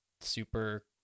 super